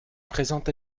présent